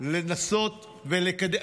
לנסות ולקדם,